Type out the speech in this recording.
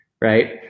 Right